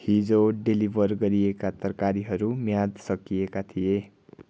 हिजो डेलिभर गरिएका तरकारीहरू म्याद सकिएका थिए